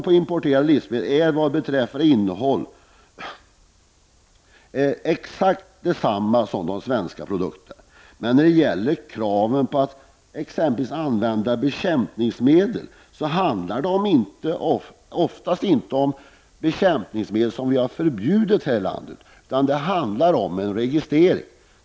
Jag upprepar att det beträffande innehållet är på det sättet. Men när det gäller kraven på exempelvis bekämpningsmedel handlar det oftast inte om de bekämpningsmedel som är förbjudna i vårt land, utan då handlar det om en registrering.